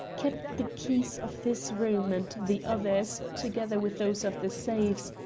kept the keys of this room and the others, together with those of the safes,